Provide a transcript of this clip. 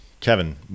Kevin